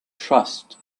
trust